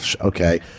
okay